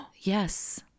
Yes